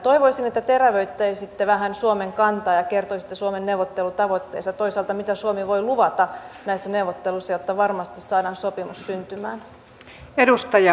toivoisin että terävöittäisitte vähän suomen kantaa ja kertoisitte suomen neuvottelutavoitteista toisaalta mitä suomi voi luvata näissä neuvotteluissa jotta varmasti saadaan sopimus syntymään